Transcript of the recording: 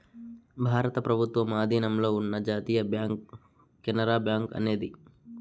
భారత ప్రభుత్వం ఆధీనంలో ఉన్న జాతీయ బ్యాంక్ కెనరా బ్యాంకు అనేది